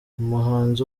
umuhanzi